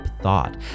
thought